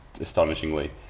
astonishingly